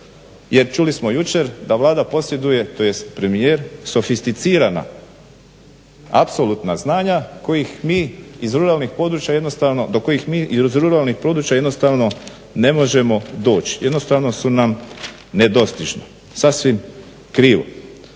Jer čuli smo jučer da Vlada posjeduje tj. premijer sofisticirana apsolutna znanja kojih mi iz ruralnih područja jednostavno, do kojih mi iz ruralnih područja jednostavno ne možemo doć. Jednostavno su nam nedostižna, sasvim krivo.